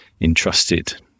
entrusted